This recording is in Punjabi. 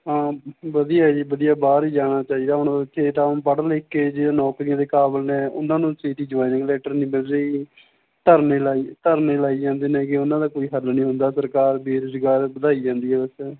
ਹਾਂ ਵਧੀਆ ਜੀ ਵਧੀਆ ਬਾਹਰ ਹੀ ਜਾਣਾ ਚਾਹੀਦਾ ਹੁਣ ਜੇ ਤਾਂ ਹੁਣ ਪੜ੍ਹ ਲਿਖ ਕੇ ਜੇ ਨੌਕਰੀਆਂ ਦੇ ਕਾਬਿਲ ਨੇ ਉਹਨਾਂ ਨੂੰ ਛੇਤੀ ਜੁਆਇਨਿੰਗ ਲੈਟਰ ਨਹੀਂ ਮਿਲ ਰਹੀ ਜੀ ਧਰਨੇ ਲਾਈ ਧਰਨੇ ਲਾਈ ਜਾਂਦੇ ਨੇਗੇ ਉਹਨਾਂ ਦਾ ਕੋਈ ਹੱਲ ਨਹੀਂ ਹੁੰਦਾ ਸਰਕਾਰ ਬੇਰੁਜ਼ਗਾਰ ਵਧਾਈ ਜਾਂਦੀ ਹੈ ਬਸ